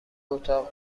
اتاق